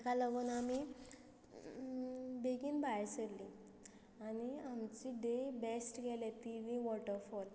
ताका लागून आमी बेगीन भायर सरली आनी आमची डे बेस्ट गेले तीनय वॉटरफॉल